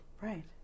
Right